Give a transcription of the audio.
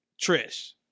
Trish